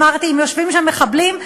אמרתי: אם יושבים שם מחבלים,